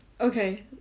okay